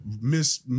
miss